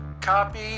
Copy